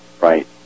right